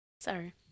Sorry